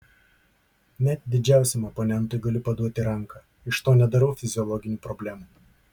net didžiausiam oponentui galiu paduoti ranką iš to nedarau fiziologinių problemų